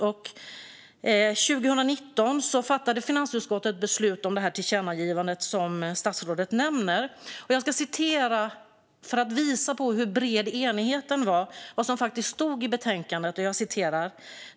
År 2019 fattade finansutskottet beslut om tillkännagivandet som statsrådet nämner. Jag ska, för att visa hur bred enigheten var, citera vad som faktiskt stod i betänkandet.